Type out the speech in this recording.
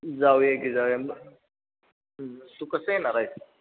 जाऊया की जाऊया तू कसं येणार आहेस